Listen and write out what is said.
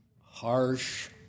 harsh